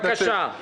בסדר, בבקשה.